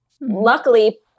luckily